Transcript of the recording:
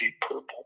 purple